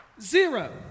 Zero